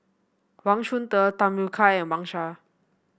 Wang Chunde Tham Yui Kai and Wang Sha